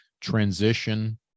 transition